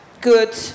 good